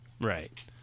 right